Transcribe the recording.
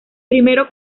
primero